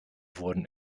wurden